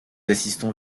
assistons